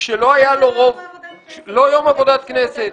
כשלא היה לו רוב --- מה זה לא יום עבודת כנסת?